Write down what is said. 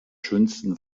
schönsten